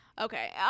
Okay